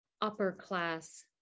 upper-class